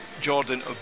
Jordan